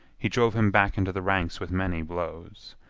he drove him back into the ranks with many blows.